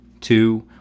Two